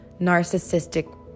narcissistic